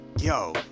yo